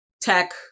tech